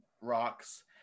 rocks